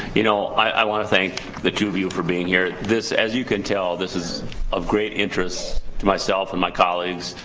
you know i want to thank the two of you for being here. this as you can tell this is of great interest to myself and my colleagues,